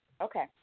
Okay